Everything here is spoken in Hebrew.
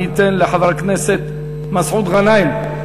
אני אתן לחבר הכנסת מסעוד גנאים.